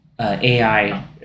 AI